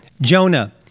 Jonah